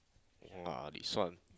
!wah! this one